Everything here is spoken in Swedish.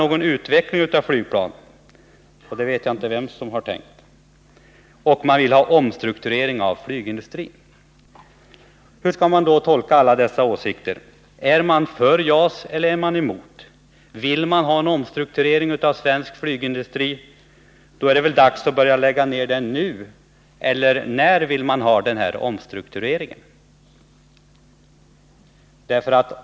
Någon utveckling skall inte startas. Jag vet inte vem som har tänkt sig något sådant. 7. Man vill ha en omstrukturering av flygindustrin. Hur skall då alla dessa åsikter tolkas? Är man för JAS eller är man emot JAS? Vill man ha en omstrukturering av svensk flygindustri är det väl bäst att börja lägga ner denna nu. Eller när vill man påbörja denna omstrukturering?